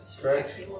Correct